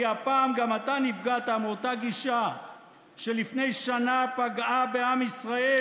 כי הפעם גם אתה נפגעת מאותה גישה שלפני שנה פגעה בעם ישראל,